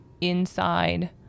inside